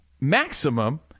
Maximum